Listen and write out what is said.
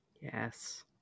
Yes